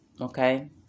Okay